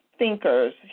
Thinkers